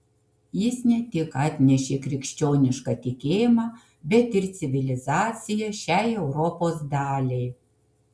jis ne tik atnešė krikščionišką tikėjimą bet ir civilizaciją šiai europos daliai